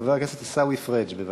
חבר הכנסת עיסאווי פריג', בבקשה.